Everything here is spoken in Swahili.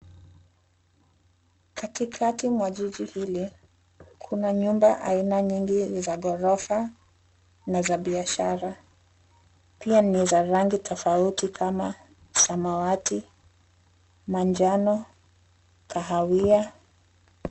Katikati mwa jiji hili, kuna nyumba aina mingi za ghorofa na za biashara pia ni za rangi tafauti kama zamawati, manjano, kahawia.